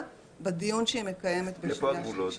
בדיון שהיא מקיימת לקריאה שנייה ושלישית.